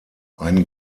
ein